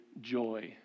joy